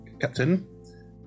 Captain